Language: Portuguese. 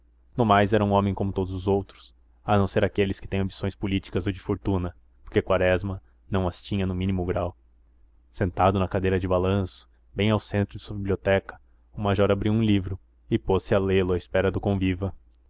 no mais era um homem como todos os outros a não ser aqueles que têm ambições políticas ou de fortuna porque quaresma não as tinha no mínimo grau sentado na cadeira de balanço bem ao centro de sua biblioteca o major abriu um livro e pôs-se a lê lo à espera do conviva